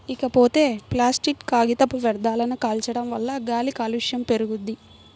ఇకపోతే ప్లాసిట్ కాగితపు వ్యర్థాలను కాల్చడం వల్ల గాలి కాలుష్యం పెరుగుద్ది